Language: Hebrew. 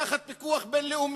תחת פיקוח בין-לאומי,